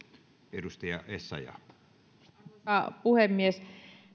arvoisa puhemies